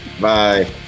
Bye